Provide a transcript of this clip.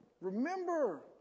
remember